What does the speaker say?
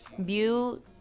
View